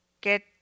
get